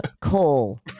call